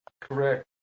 Correct